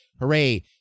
Hooray